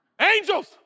Angels